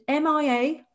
MIA